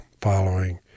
following